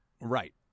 Right